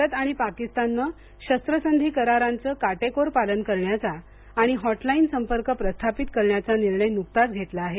भारत आणि पाकिस्ताननं शस्त्रसंधी करारांचं काटेकोर पालन करण्याचा आणि हॉटलाईन संपर्क प्रस्थापित करण्याचा निर्णय नुकताच घेतला आहे